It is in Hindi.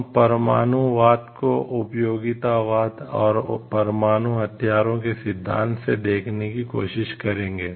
हम परमाणुवाद को उपयोगितावाद और परमाणु हथियारों के सिद्धांत से देखने की कोशिश करेंगे